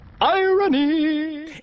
Irony